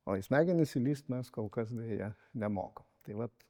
o į smegenis įlįst mes kol kas deja nemokam tai vat